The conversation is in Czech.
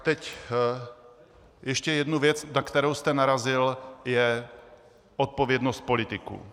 Teď ještě jednu věc, na kterou jste narazil, odpovědnost politiků.